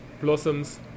blossoms